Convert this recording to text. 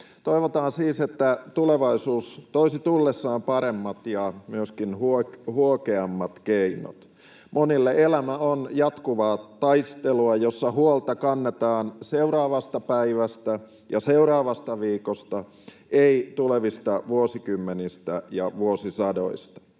Toivotaan siis, että tulevaisuus toisi tullessaan paremmat ja myöskin huokeammat keinot. Monille elämä on jatkuvaa taistelua, jossa huolta kannetaan seuraavasta päivästä ja seuraavasta viikosta, ei tulevista vuosikymmenistä ja vuosisadoista.